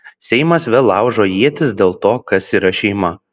seimas vėl laužo ietis dėl to kas yra šeima